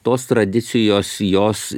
tos tradicijos jos